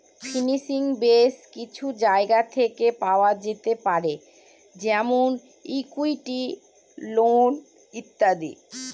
financing base কিছু জায়গা থেকে পাওয়া যেতে পারে যেমন ইকুইটি, লোন ইত্যাদি